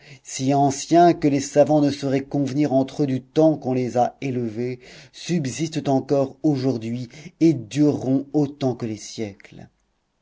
si anciens que les savants ne sauraient convenir entre eux du temps qu'on les a élevés subsistent encore aujourd'hui et dureront autant que les siècles